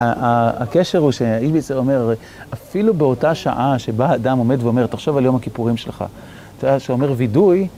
הקשר הוא שאילביצר אומר, אפילו באותה שעה שבא אדם עומד ואומר, תחשב על יום הכיפורים שלך, אתה, שאומר, וידוי.